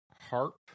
Harp